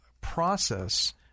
process